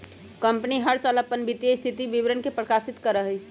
company हर साल अपन वित्तीय स्थिति विवरण के प्रकाशित करा हई